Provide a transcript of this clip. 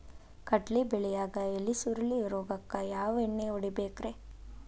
ಕಡ್ಲಿ ಬೆಳಿಯಾಗ ಎಲಿ ಸುರುಳಿ ರೋಗಕ್ಕ ಯಾವ ಎಣ್ಣಿ ಹೊಡಿಬೇಕ್ರೇ?